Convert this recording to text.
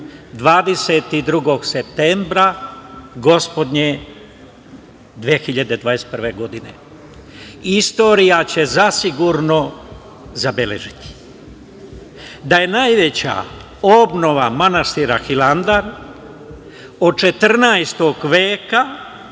22. septembra, gospodnje 2021. godine. Istorija će zasigurno zabeležiti da je najveća obnova manastira Hilandar od 14. veka